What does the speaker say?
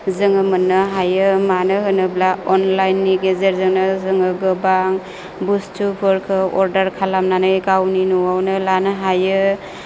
जोङाे मोन्नो हायो मानो होनोब्ला अनलाइननि गेजेरजोंनाे जाेङाे गोबां बुस्थुफोरखौ अर्डार खालामनानै गावनि न'आवनाे लानो हायो